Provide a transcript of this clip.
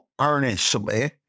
earnestly